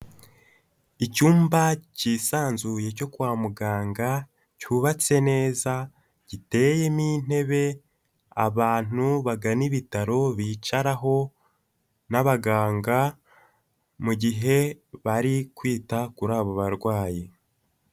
Icyumba cyisanzuye cyo kwa muganga cyubatse neza, giteyemo intebe abantu bagana ibitaro bicaraho n'abaganga mu gihe bari kwita kuri abo barwayi.